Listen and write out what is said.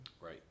right